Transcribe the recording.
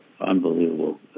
Unbelievable